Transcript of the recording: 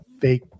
fake